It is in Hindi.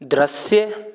दृश्य